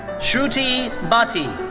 shruti bhati.